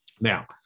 Now